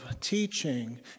teaching